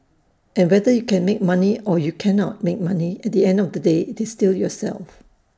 and whether you can make money or you cannot make money at the end of the day it's still yourself